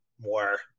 more